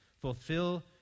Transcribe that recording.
Fulfill